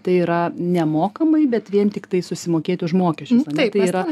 tai yra nemokamai bet vien tiktai susimokėti už mokesčius ar ne tai yra